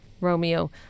Romeo